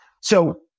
So-